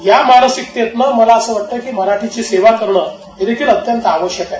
या मानसिकतेतनं मला असं वाटतय की मराठीची सेवा करणं हे देखील अत्यंत आवश्यक आहे